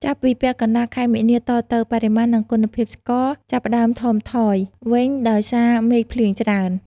ចាប់ពីពាក់កណ្ដាលខែមីនាតទៅ បរិមាណ និងគុណភាពស្ករ ចាប់ផ្ដើមថមថយវិញ ដោយសារមេឃភ្លៀងច្រើន។